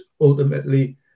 ultimately